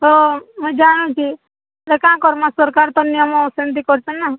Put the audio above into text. ହଁ ମୁଁ ଯାଆନ୍ତି ଦେଖା କର୍ମାଁ ସରକାର ତ ନିୟମ ସେମତି କରିଛନ୍ତି ନା